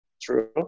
true